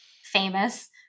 famous